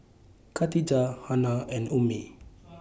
Khadija Hana and Ummi